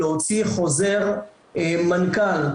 להוציא חוזר מנכ"ל,